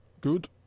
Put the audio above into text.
good